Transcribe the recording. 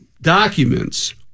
documents